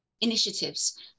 initiatives